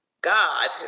God